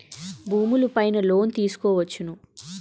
భూములు పైన లోన్ తీసుకోవచ్చును